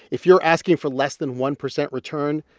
if you're asking for less than one percent return,